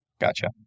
Gotcha